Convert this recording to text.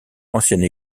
ancienne